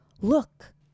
look